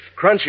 crunchy